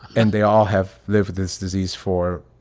and they all have lived this disease for,